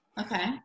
Okay